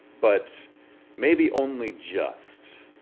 but maybe only just.